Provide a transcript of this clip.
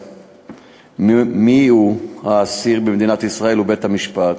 מיהו אסיר במדינת ישראל הוא בית-המשפט,